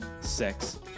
sex